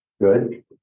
Good